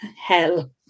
hell